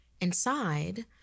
Inside